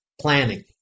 planning